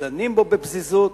דנים בו בפזיזות,